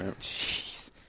Jeez